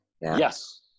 Yes